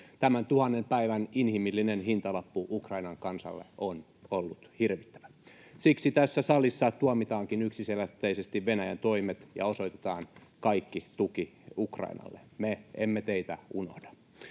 Tämän tuhannen päivän inhimillinen hintalappu Ukrainan kansalle on ollut hirvittävä. Siksi tässä salissa tuomitaankin yksiselitteisesti Venäjän toimet ja osoitetaan kaikki tuki Ukrainalle. Me emme teitä unohda.